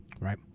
Right